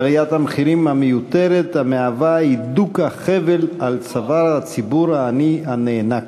עליית המחירים המיותרת המהווה הידוק החבל על צוואר הציבור העני הנאנק.